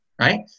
right